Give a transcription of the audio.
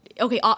Okay